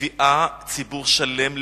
מביאה ציבור שלם לתסיסה,